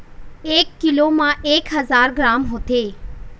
एक कीलो म एक हजार ग्राम होथे